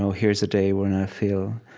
so here's a day when i feel